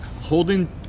holding